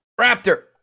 raptor